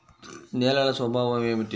నేలల స్వభావం ఏమిటీ?